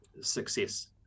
success